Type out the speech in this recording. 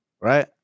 right